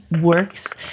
works